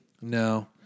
No